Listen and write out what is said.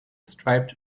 striped